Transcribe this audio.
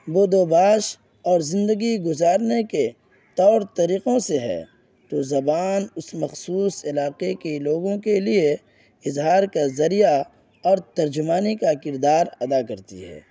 بود و باش اور زندگی گزارنے کے طور طریقوں سے ہے تو زبان اس مخصوص علاقے کے لوگوں کے لیے اظہار کا ذریعہ اور ترجمانی کا کردار ادا کرتی ہے